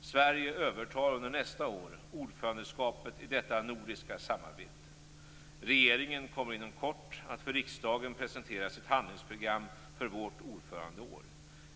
Sverige övertar under nästa år ordförandeskapet i detta nordiska samarbete. Regeringen kommer inom kort att för riksdagen presentera sitt handlingsprogram för vårt ordförandeår.